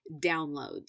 downloads